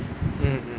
mm mm